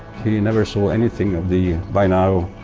he never saw anything of the, by now,